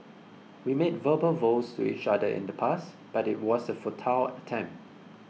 we made verbal vows to each other in the past but it was a futile attempt